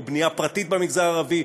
או בנייה פרטית במגזר הערבי,